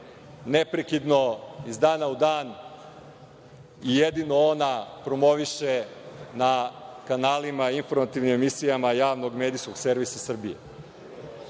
neprekidno, iz dana u dan, i jedino ona promoviše na kanalima, informativnim emisija Javnog medijskog servisa Srbije.